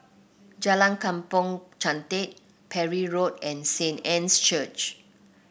Jalan Kampong Chantek Parry Road and Saint Anne's Church